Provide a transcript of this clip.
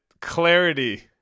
Clarity